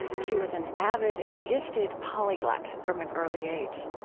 she was an avid and gifted polyglot from an early age